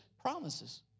promises